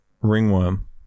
ringworm